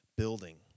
building